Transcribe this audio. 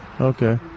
Okay